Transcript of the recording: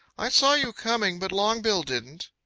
i saw you coming, but longbill didn't.